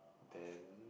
then